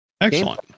Excellent